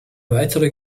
weitere